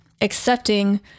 accepting